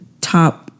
top